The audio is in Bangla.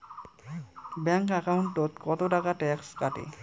ব্যাংক একাউন্টত কতো টাকা ট্যাক্স কাটে?